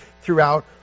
throughout